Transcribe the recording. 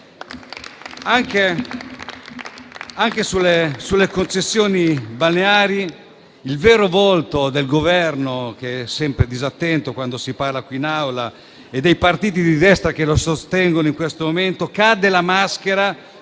Anche sulle concessioni balneari vediamo il vero volto del Governo - è sempre disattento quando si parla qui, in Aula - e dei partiti di destra che lo sostengono in questo momento. Cade la maschera